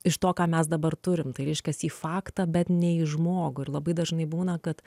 iš to ką mes dabar turim tai reiškias į faktą bet ne į žmogų ir labai dažnai būna kad